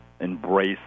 embrace